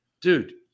Dude